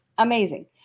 amazing